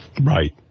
Right